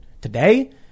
Today